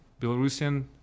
Belarusian